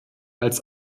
als